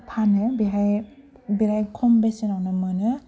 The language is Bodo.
फानो बेहाय बेहाय खम बेसेनावनो मोनो